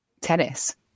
tennis